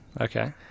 Okay